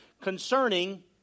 concerning